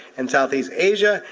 and southeast asia,